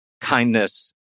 kindness